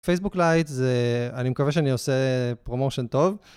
פייסבוק לייט זה... אני מקווה שאני עושה פרומושן טוב.